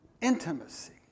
Intimacy